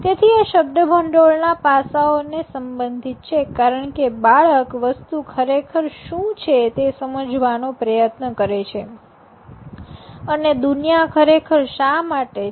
તેથી આ શબ્દભંડોળના પાસાઓને સંબંધિત છે કારણ કે બાળક વસ્તુ ખરેખર શુ છે તે સમજાવવાનો પ્રયત્ન કરે છે અને દુનિયા ખરેખર શા માટે છે